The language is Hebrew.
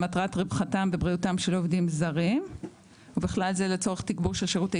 למטרת רווחתם ובריאותם של עובדים זרים ובכלל זה לצורך תגבור של שירותי